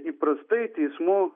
įprastai teismų